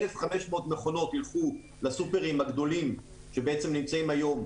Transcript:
1,500 מכונות ילכו לסופרים הגדולים שבעצם נמצאים היום,